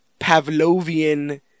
Pavlovian